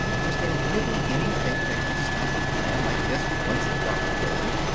was there really anything that could stop a plan like this once it got rolling?